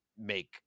make